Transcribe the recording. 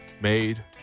made